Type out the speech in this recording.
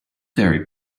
diary